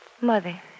Mother